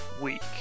week